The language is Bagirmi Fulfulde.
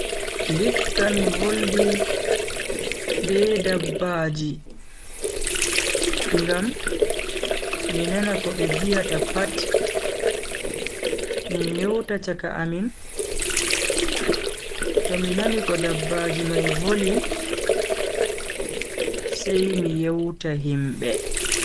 Ndikka mi voldi be dabbaji ngam mi nana ko be viyata pat min yewta chaka amin. tomi nani ko dabbaji mai voli, sai mi yewta himbe